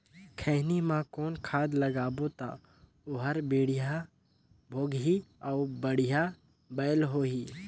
खैनी मा कौन खाद लगाबो ता ओहार बेडिया भोगही अउ बढ़िया बैल होही?